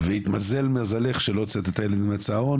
והתמזל מזלך שלא הוצאת את הילד מהצהרון